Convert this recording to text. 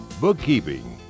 bookkeeping